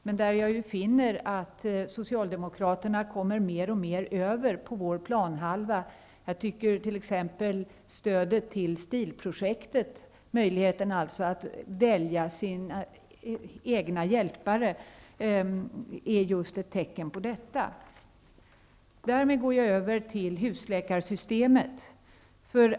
Men där finner jag att Socialdemokraterna mer och mer kommer över på vår planhalva. Jag tycker t.ex. att stödet till stilprojektet, dvs. möjligheten att välja sina egna hjälpare, är just ett tecken på detta. Därmed går jag över till husläkarsystemet.